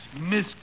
Miss